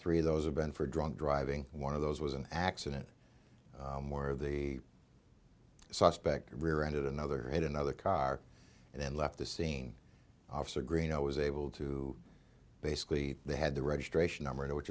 three of those have been for drunk driving one of those was an accident where the suspect rear ended another in another car and then left the scene officer green i was able to basically they had the registration number which